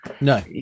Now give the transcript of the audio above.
No